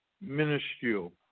minuscule